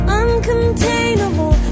uncontainable